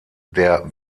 der